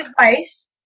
advice